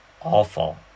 awful